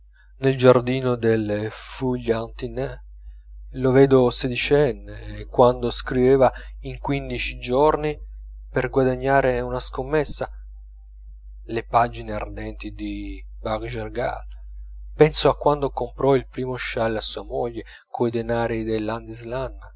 noi giardino delle feuillantines lo vedo sedicenne quando scriveva in quindici giorni per guadagnare una scommessa le pagine ardenti di bug jargal penso a quando comprò il primo scialle a sua moglie coi denari